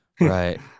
Right